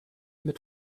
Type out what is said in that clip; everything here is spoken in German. mit